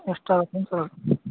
ಎಷ್ಟಾಗುತ್ತೆ ಅಂತ ಹೇಳ್ರಿ